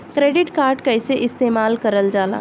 Credit card कईसे इस्तेमाल करल जाला?